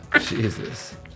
Jesus